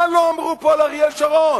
מה לא אמרו פה על אריאל שרון.